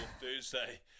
Thursday